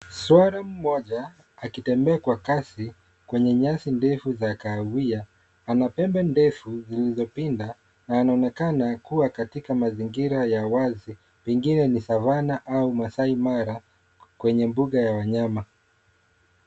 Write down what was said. Swara moja akitembea kwa kasi kwenye nyasi ndefu za kahawai. Ana pembe ndefu zilizopinda na anaonekana kuwa katika mazingira ya wazi pengine ni Savannah au Maasai Mara kwenye mbuga ya wanyama.